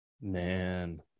man